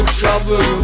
trouble